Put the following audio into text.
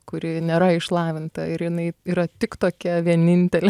kuri nėra išlavinta ir jinai yra tik tokia vienintelė